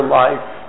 life